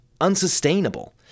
unsustainable